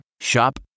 Shop